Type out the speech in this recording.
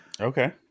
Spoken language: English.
Okay